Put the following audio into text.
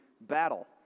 battle